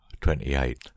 twenty-eight